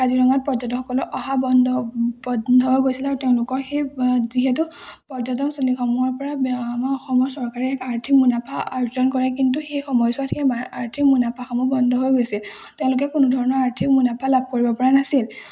কাজিৰঙাত পৰ্যটকসকলক অহা বন্ধ বন্ধ হৈ গৈছিল আৰু তেওঁলোকৰ সেই যিহেতু পৰ্যটক থলীসমূহৰ পৰা আমাৰ অসমৰ চৰকাৰে এক আৰ্থিক মুনাফা অৰ্জন কৰে কিন্তু সেই সময়ছোৱাত সেই আৰ্থিক মুনাফাসমূহ বন্ধ হৈ গৈছিল তেওঁলোকে কোনো ধৰণৰ আৰ্থিক মুনাফা লাভ কৰিব পৰা নাছিল